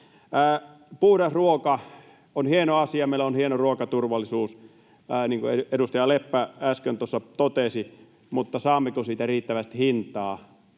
Puhdas ruoka on hieno asia. Meillä on hieno ruokaturvallisuus, niin kuin edustaja Leppä äsken tuossa totesi. Mutta saammeko siitä riittävästi hintaa?